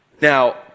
Now